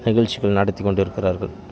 நிகழ்ச்சிகள் நடத்திக் கொண்டு இருக்கிறார்கள்